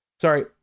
sorry